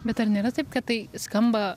bet ar nėra taip kad tai skamba